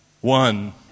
one